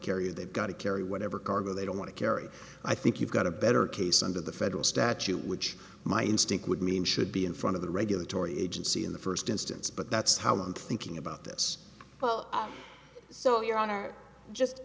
carrier they've got to carry whatever cargo they don't want to carry i think you've got a better case under the federal statute which my instinct would mean should be in front of the regulatory agency in the first instance but that's how i'm thinking about this well so your honor just